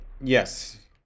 Yes